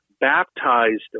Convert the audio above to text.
baptized